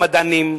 המדענים,